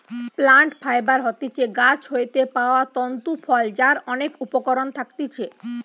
plant fibre হতিছে গাছ হইতে পাওয়া তন্তু ফল যার অনেক উপকরণ থাকতিছে